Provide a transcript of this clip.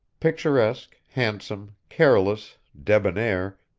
picturesque, handsome, careless, debonair,